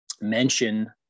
mention